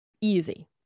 Easy